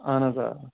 اَہن حظ آ